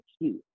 excuse